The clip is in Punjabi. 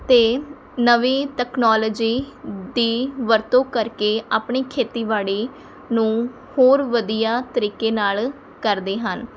ਅਤੇ ਨਵੀਂ ਤਕਨਾਲੋਜੀ ਦੀ ਵਰਤੋਂ ਕਰਕੇ ਆਪਣੀ ਖੇਤੀਬਾੜੀ ਨੂੰ ਹੋਰ ਵਧੀਆ ਤਰੀਕੇ ਨਾਲ਼ ਕਰਦੇ ਹਨ